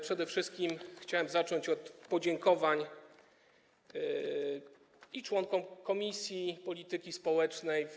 Przede wszystkim chciałem zacząć od podziękowań członkom Komisji Polityki Społecznej i Rodziny.